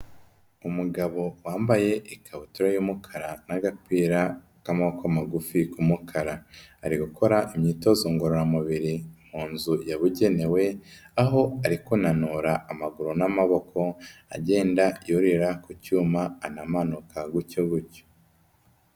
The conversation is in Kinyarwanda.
Umugabo wambaye ikabutura y'umukara n'agapira k'amaboko magufi k'umukara, ari gukora imyitozo ngororamubiri mu nzu yabugenewe, aho ari kunanura amaguru n'amaboko, agenda yurira ku cyuma, anamanuka gutyo gutyo.